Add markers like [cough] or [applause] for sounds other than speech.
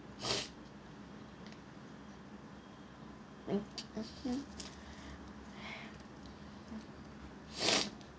[breath] mmhmm [breath]